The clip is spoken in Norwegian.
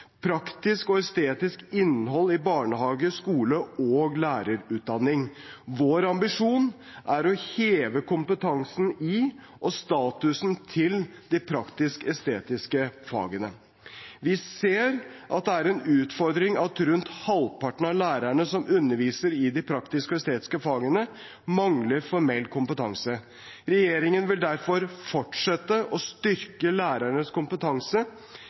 Praktisk og estetisk innhold i barnehage, skole og lærerutdanning. Vår ambisjon er å heve kompetansen i og statusen til de praktisk og estetiske fagene. Vi ser at det er en utfordring at rundt halvparten av lærerne som underviser i de praktiske og estetiske fagene, mangler formell kompetanse. Regjeringen vil derfor fortsette å styrke lærernes kompetanse